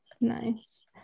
Nice